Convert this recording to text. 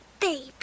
baby